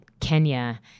Kenya